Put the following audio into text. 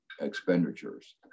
expenditures